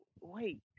wait